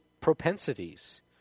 propensities